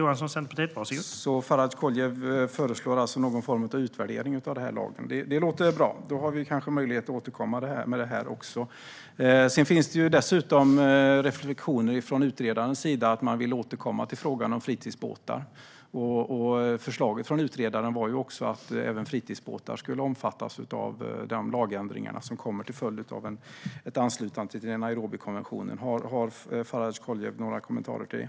Herr talman! Så Faradj Koliev föreslår alltså någon form av utvärdering av lagen? Det låter bra. Då har vi kanske möjlighet att återkomma också med detta. Det finns dessutom reflektioner från utredarens sida om att man vill återkomma till frågan om fritidsbåtar. Förslaget från utredaren var att även fritidsbåtar skulle omfattas av de lagändringar som kommer till följd av ett anslutande till Nairobikonventionen. Har Faradj Koliev några kommentarer till det?